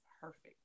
perfect